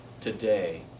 today